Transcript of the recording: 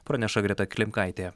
praneša greta klimkaitė